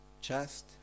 chest